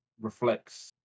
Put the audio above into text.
reflects